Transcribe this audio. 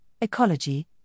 ecology